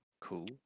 Cool